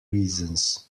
reasons